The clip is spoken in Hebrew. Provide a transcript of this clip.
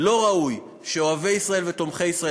לא ראוי שאוהבי ישראל ותומכי ישראל